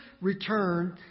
returned